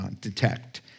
detect